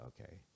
okay